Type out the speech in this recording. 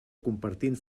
compartint